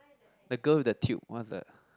the girl with the tube what's that